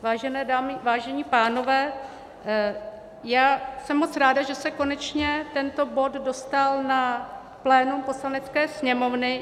Vážené dámy, vážení pánové, já jsem moc ráda, že se konečně tento bod dostal na plénum Poslanecké sněmovny.